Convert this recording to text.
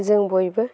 जों बयबो